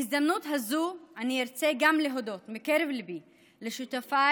בהזדמנות הזאת אני ארצה גם להודות מקרב ליבי לשותפיי,